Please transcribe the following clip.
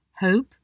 Hope